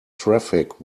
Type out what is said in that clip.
traffic